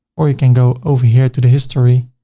or you can go over here to the history